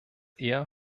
eher